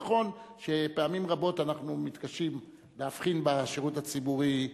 נכון שפעמים רבות אנחנו מתקשים להבחין בשירות הציבורי,